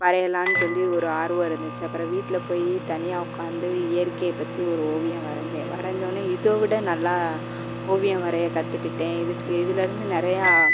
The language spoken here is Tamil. வரையலாம்னு சொல்லி ஒரு ஆர்வம் இருந்துச்சு அப்புறம் வீட்டில போய் தனியாக உட்காந்து இ இயற்கையை பற்றி ஒரு ஓவியம் வரைஞ்சேன் வரைஞ்சோன்னே இதை விட நல்லா ஓவியம் வரைய கற்றுக்கிட்டேன் இது இதிலருந்து நிறையா